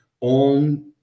on